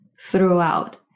throughout